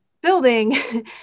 building